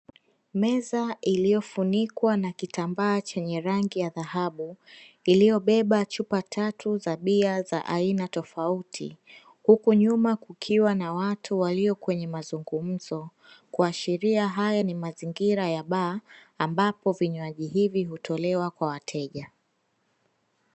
Meza iliyofunikwa na kitambaa chenye rangi ya dhahabu, iliyobeba chupa tatu za bia za aina tofauti , huku nyuma kukiwa na watu walio kwenye mazungumzo, kuashiria haya ni mazingira ya baa, ambapo vinywaji hivi hutolewa kwa wateja.